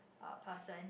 uh person